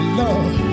love